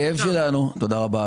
תודה רבה.